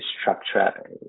structure